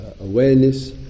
awareness